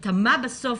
את המה בסוף,